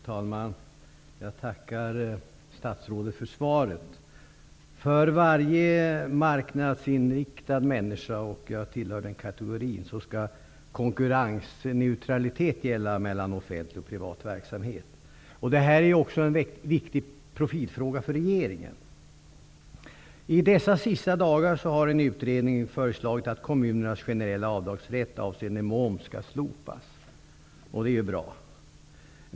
Fru talman! Jag tackar statsrådet för svaret. För varje marknadsinriktad människa -- jag tillhör den kategorin -- skall konkurrensneutralitet gälla mellan offentlig och privat verksamhet. Det här är också en viktig profilfråga för regeringen. I dessa dagar har en utredning föreslagit att kommunernas generella avdragsrätt avseende moms skall slopas. Det är ju bra.